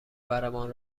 برمان